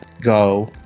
go